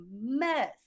mess